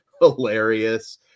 hilarious